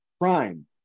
Crime